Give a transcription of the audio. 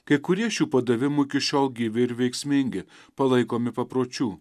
kai kurie šių padavimų iki šiol gyvi ir veiksmingi palaikomi papročių